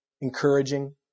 encouraging